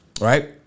right